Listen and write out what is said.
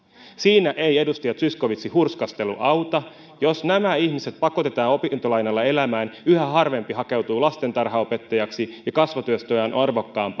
siinä ei edustaja zyskowicz hurskastelu auta jos nämä ihmiset pakotetaan opintolainalla elämään yhä harvempi hakeutuu lastentarhanopettajaksi ja kasvatustyö on